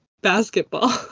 basketball